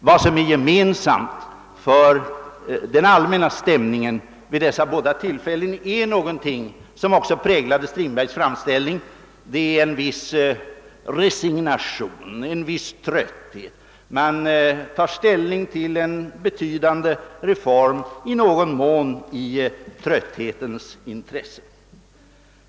Vad som är gemensamt för den allmänna stämningen vid dessa båda tillfällen är någonting som också präglade Strindbergs framställning, nämligen en viss resignation, en viss trötthet; man tar ställning till en betydande reform i någon mån i trötthetens tecken.